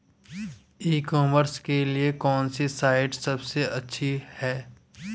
ई commerce के लिए कौनसी साइट सबसे अच्छी है?